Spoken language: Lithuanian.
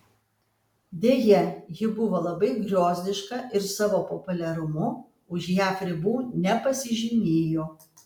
deja ji buvo labai griozdiška ir savo populiarumu už jav ribų nepasižymėjo